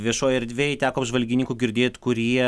viešoj erdvėj teko apžvalgininkų girdėt kurie